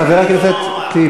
חבר הכנסת שטבון,